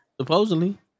Supposedly